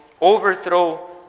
overthrow